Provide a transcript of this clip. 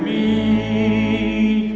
me